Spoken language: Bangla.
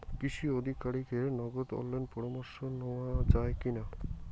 কৃষি আধিকারিকের নগদ অনলাইন পরামর্শ নেওয়া যায় কি না?